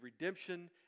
redemption